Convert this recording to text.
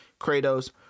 Kratos